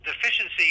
deficiency